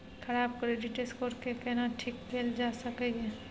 खराब credit score के केना ठीक कैल जा सकै ये?